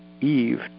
Eve